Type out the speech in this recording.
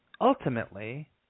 Ultimately